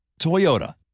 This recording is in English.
Toyota